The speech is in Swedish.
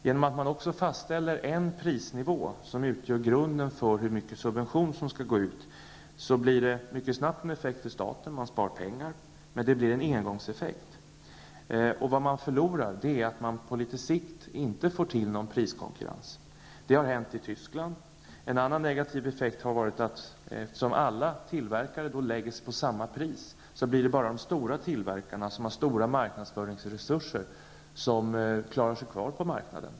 Genom att man också fastställer en prisnivå som utgör grunden för hur mycket subvention som skall gå ut blir det en snabb effekt för staten. Man spar pengar. Men det blir en engångseffekt. Man förlorar på att inte få någon priskonkurrens på litet sikt. Detta har hänt i Tyskland. En annan negativ effekt: Eftersom alla tillverkare lägger sig på samma pris blir det bara de stora tillverkarna, som har stora marknadsföringsresurser, som klarar sig kvar på marknaden.